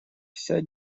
все